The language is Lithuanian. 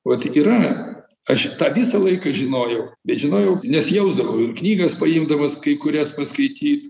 vat yra aš tą visą laiką žinojau bet žinojau nes jausdavau ir knygas paimdamas kai kurias paskaityt